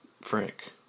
Frank